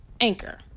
Anchor